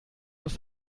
muss